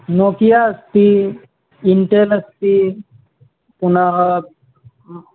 Nokia अस्ति Intel अस्ति पुनः